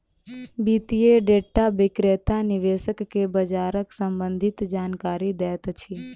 वित्तीय डेटा विक्रेता निवेशक के बजारक सम्भंधित जानकारी दैत अछि